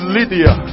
Lydia